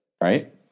Right